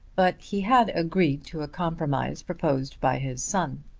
but he had agreed to a compromise proposed by his son.